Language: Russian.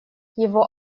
его